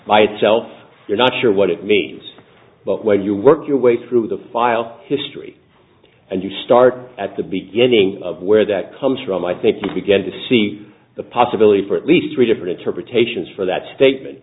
by itself you're not sure what it means but when you work your way through the file history and you start at the beginning of where that comes from i think you begin to see the possibility for at least three different interpretations for that statement